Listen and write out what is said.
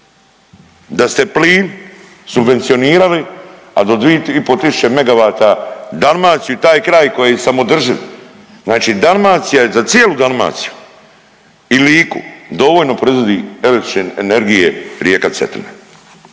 da ste plin subvencionirali, a do 2,5 tisuće MW Dalmaciju i taj kraj koji je samoodrživ. Znači Dalmacija je za cijelu Dalmaciju i Liku dovoljno proizvodi električne energije rijeka Cetina,